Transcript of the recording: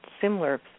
similar